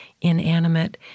inanimate